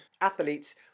athletes